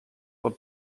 were